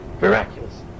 miraculous